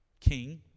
king